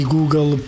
Google